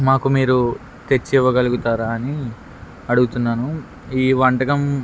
మాకు మీరు తెచ్చి ఇవ్వగలుగుతారా అని అడుగుతున్నాను ఈ వంటకం